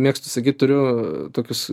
mėgstu sakyt turiu tokius